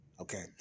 Okay